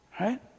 right